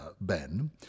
Ben